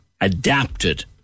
Adapted